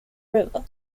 river